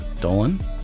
Dolan